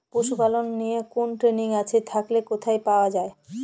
পশুপালন নিয়ে কোন ট্রেনিং আছে থাকলে কোথায় পাওয়া য়ায়?